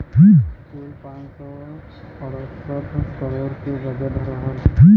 कुल पाँच सौ अड़सठ करोड़ के बजट रहल